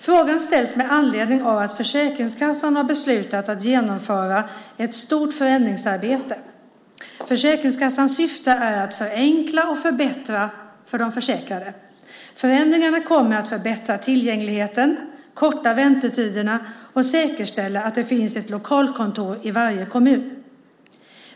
Frågan ställs med anledning av att Försäkringskassan har beslutat att genomföra ett stort förändringsarbete. Försäkringskassans syfte är att förenkla och förbättra för de försäkrade. Förändringarna kommer att förbättra tillgängligheten, korta väntetiderna och säkerställa att det finns ett lokalkontor i varje kommun.